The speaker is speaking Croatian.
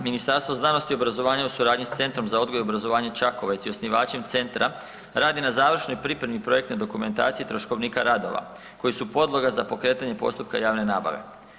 Ministarstvo znanosti i obrazovanja u suradnji s Centrom za odgoj i obrazovanje Čakovec i osnivačem centra radi na završnoj pripremi projektne dokumentacije, troškovnika radova koji su podloga za pokretanje postupka javne nabave.